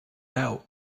out